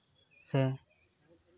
ᱥᱮ